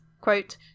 quote